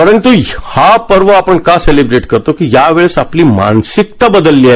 परंतु हा पर्व आपण का सेलिब्रेट करतो कारण आपली मानसिकता बदलली आहे